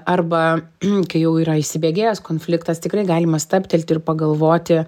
arba kai jau yra įsibėgėjęs konfliktas tikrai galima stabtelti ir pagalvoti